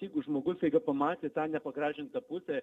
jeigu žmogus staiga pamatė tą nepagražintą pusę